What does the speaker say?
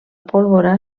pólvora